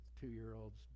two-year-old's